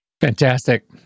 Fantastic